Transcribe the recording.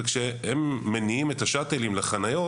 וכשהם מניעים את השאטלים לחניות,